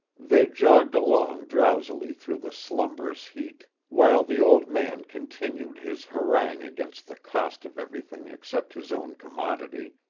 they jogged along drowsily through the slumberous heat, while the old man continued his harangue against the cost of everything except his own commodity,